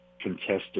contested